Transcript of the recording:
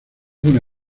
una